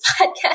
podcast